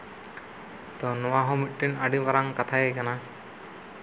ᱛᱚ ᱱᱚᱣᱟ ᱢᱤᱫᱴᱮᱱ ᱟᱹᱰᱤ ᱢᱟᱨᱟᱝ ᱠᱟᱛᱷᱟ ᱜᱮ ᱠᱟᱱᱟ